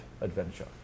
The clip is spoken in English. adventure